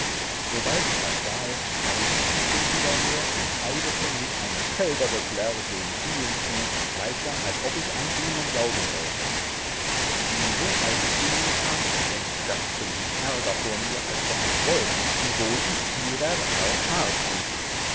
sobald ich das sahe verließ ich den gouverneur und eilete mit einem kälbergeplärr den kühen zu gleichsam als ob ich an ihnen saugen wollte diese als ich zu ihnen kam entsatzten sich ärger vor mir als vor einem wolf wiewohl ich ihrer art haar trug